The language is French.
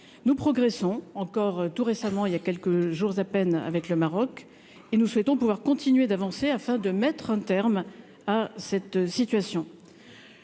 nous progressons encore tout récemment, il y a quelques jours à peine avec le Maroc et nous souhaitons pouvoir continuer d'avancer, afin de mettre un terme à cette situation,